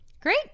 Great